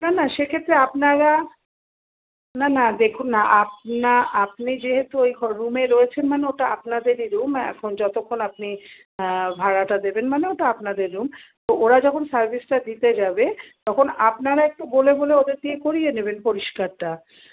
না না সেক্ষেত্রে আপনারা না না দেখুন না আপনা আপনি যেহেতু ওই রুমে রয়েছেন মানে ওটা আপনাদেরই রুম এখন যতক্ষণ আপনি ভাড়াটা দেবেন মানে ওটা আপনাদের রুম তো ওরা যখন সার্ভিসটা দিতে যাবে তখন আপনারা একটু বলে বলে ওদের দিয়ে করিয়ে নেবেন পরিষ্কারটা